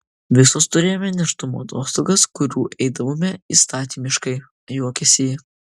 visos turėjome nėštumo atostogas kurių eidavome įstatymiškai juokėsi ji